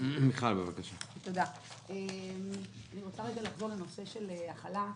אני רוצה לחזור לנושא החל"ת.